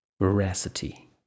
Veracity